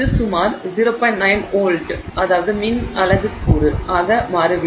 9 volt மின் அலகுக்கூறு ஆக மாறிவிடும்